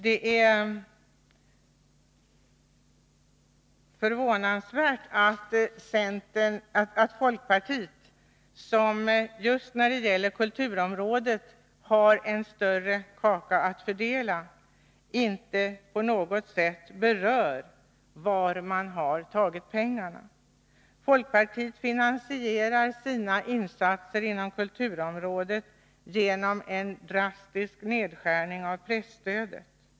Det är förvånansvärt att folkpartiet, som just när det gäller kulturområdet har en större kaka att fördela, inte på något sätt berör varifrån man vill ta pengarna. Folkpartiet finansierar sina insatser inom kulturområdet genom en drastisk nedskärning av presstödet.